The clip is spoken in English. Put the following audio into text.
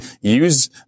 use